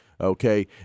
Okay